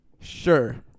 sure